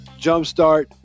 jumpstart